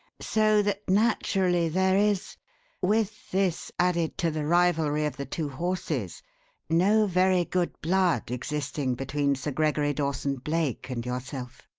so that, naturally, there is with this added to the rivalry of the two horses no very good blood existing between sir gregory dawson-blake and yourself?